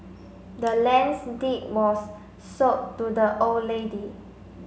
the land's deed was sold to the old lady